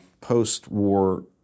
post-war